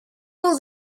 all